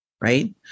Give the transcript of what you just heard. Right